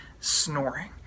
snoring